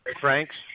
Frank's